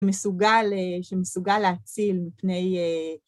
‫שמסוגל להציל מפני...